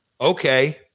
Okay